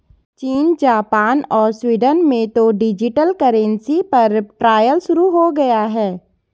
चीन, जापान और स्वीडन में तो डिजिटल करेंसी पर ट्रायल शुरू हो गया है